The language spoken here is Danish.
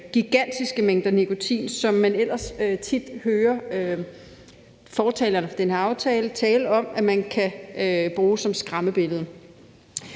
gigantiske mængder nikotin, som man ellers tit hører fortalerne for den her aftale tale om at man kan bruge som skræmmebillede.